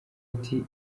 ati